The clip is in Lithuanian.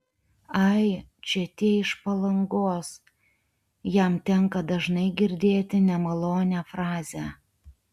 ai čia tie iš palangos jam tenka dažnai girdėti nemalonią frazę